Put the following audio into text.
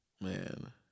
Man